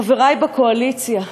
חברי בקואליציה,